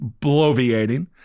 bloviating